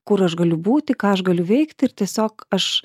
kur aš galiu būti ką aš galiu veikti ir tiesiog aš